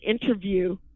interview